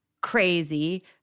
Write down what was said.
crazy